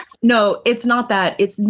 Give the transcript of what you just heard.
no, it's not that it's, you